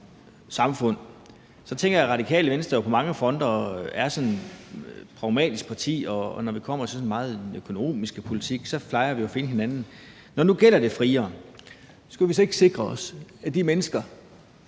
samfund tænker jeg, at Radikale Venstre jo på mange fronter sådan er et pragmatisk parti, og når det kommer til meget af den økonomiske politik, plejer vi jo at finde hinanden. Når det nu gælder det friere samfund, skulle vi så ikke sikre os, at de mennesker,